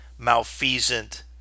malfeasant